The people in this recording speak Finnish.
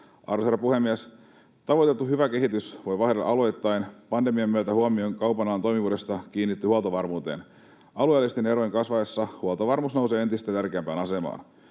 Arvoisa herra puhemies! Tavoiteltu hyvä kehitys voi vaihdella alueittain. Pandemian myötä huomio kaupan alan toimivuudesta kiinnittyi huoltovarmuuteen. Alueellisten erojen kasvaessa huoltovarmuus nousee entistä tärkeämpään asemaan.